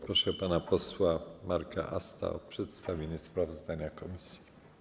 Proszę pana posła Marka Asta o przedstawienie sprawozdania komisji.